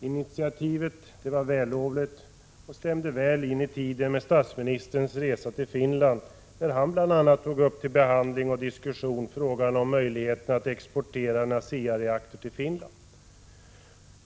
Initiativet var vällovligt och stämde väl in i tiden med statsministerns resa till Finland, där han bl.a. tog upp till behandling och diskussion frågan om export av en ASEA-reaktor till Finland.